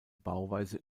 bauweise